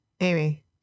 Amy